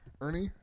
Ernie